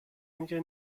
anche